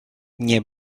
nie